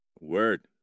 Word